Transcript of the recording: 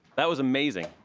that was amazing.